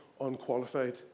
unqualified